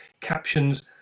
captions